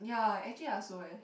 ya actually I also eh